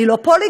אני לא פוליגרף,